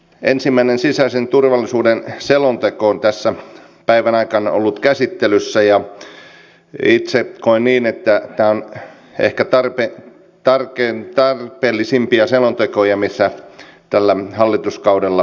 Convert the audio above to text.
ensimmäinen sisäisen turvallisuuden selonteko on tässä päivän aikana ollut käsittelyssä ja itse koen niin että tämä on ehkä tarpeellisimpia selontekoja mitä tällä hallituskaudella tehdään